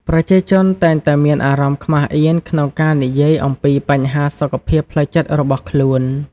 ប្រជាជនតែងតែមានអារម្មណ៍ខ្មាសអៀនក្នុងការនិយាយអំពីបញ្ហាសុខភាពផ្លូវចិត្តរបស់ខ្លួន។